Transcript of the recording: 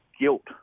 guilt